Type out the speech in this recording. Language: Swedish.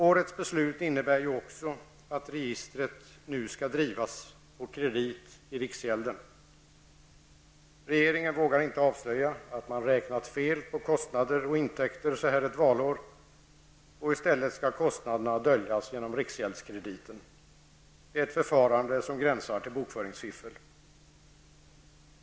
Årets beslut innebär också att registret skall drivas på kredit i riksgälden. Regeringen vågar inte så här ett valår avslöja att man räknat fel på kostnader och intäkter. I stället skall kostnaderna döljas genom riksgäldskrediten. Det är ett förfarande som gränsar till bokföringsfiffel.